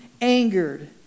angered